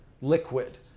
liquid